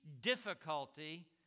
difficulty